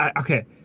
Okay